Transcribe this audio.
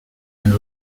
and